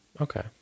Okay